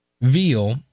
Veal